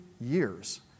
years